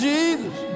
Jesus